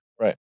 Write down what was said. right